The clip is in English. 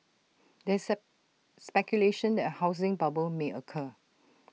there is speculation that A housing bubble may occur